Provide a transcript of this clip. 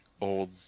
old